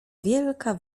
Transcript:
wielka